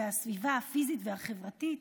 והסביבה הפיזית והחברתית